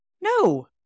no